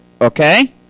okay